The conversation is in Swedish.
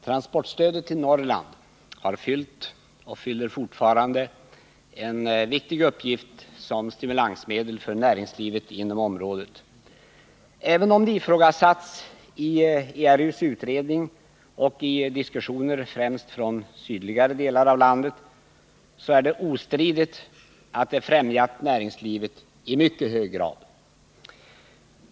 Herr talman! Transportstödet till Norrland har fyllt och fyller fortfarande en viktig uppgift som stimulansmedel för näringslivet inom området. Även om det har ifrågasatts i ERU:s utredning och i diskussioner i främst sydligare delar av landet är det ostridigt att det i mycket hög grad har främjat näringslivet.